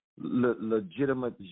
legitimate